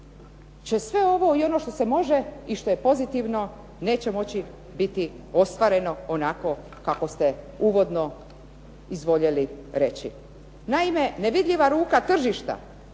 će sve ovo i ono što se može i što je pozitivno neće moći biti ostvareno onako kako ste uvodno izvoljeli reći. Naime, nevidljiva ruka tržišta